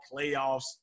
playoffs